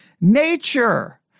nature